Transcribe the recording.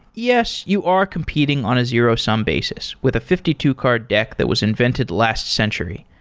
yes, you are competing on a zero-sum basis with a fifty two card deck that was invented last century.